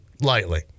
lightly